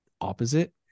opposite